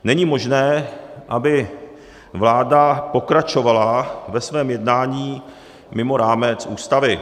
Není možné, aby vláda pokračovala ve svém jednání mimo rámec Ústavy.